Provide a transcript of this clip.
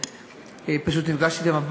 ופשוט נפגשתי אתם,